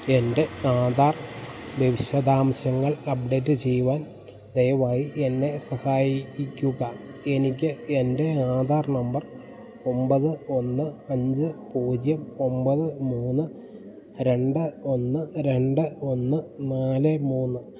എൻ്റെ ആധാർ വിശദാംശങ്ങൾ അപ്ഡേറ്റ് ചെയ്യുവാൻ ദയവായി എന്നെ സഹായിക്കുക എനിക്കെൻ്റെ ആധാർ നമ്പർ ഒമ്പത് ഒന്ന് അഞ്ച് പൂജ്യം ഒമ്പത് മൂന്ന് രണ്ട് ഒന്ന് രണ്ട് ഒന്ന് നാല് മൂന്ന്